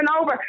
over